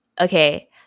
Okay